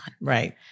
Right